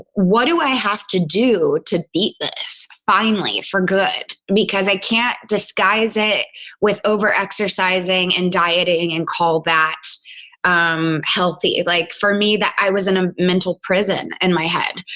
what do i have to do to beat this? finally, for good, because i can't disguise it with over exercising and dieting and called that um healthy. like for me, that, i was in a mental prison in and my head.